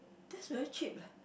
that's very cheap leh